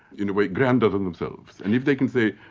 in a way grander than themselves. and if they can say,